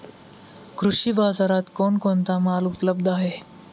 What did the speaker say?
कृषी बाजारात कोण कोणता माल उपलब्ध आहे?